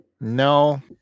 no